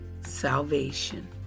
salvation